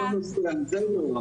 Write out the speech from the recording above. בנושא הזה לא.